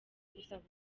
usabwa